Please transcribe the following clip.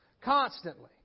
Constantly